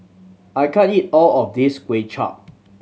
I can't eat all of this Kway Chap